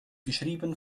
geschrieben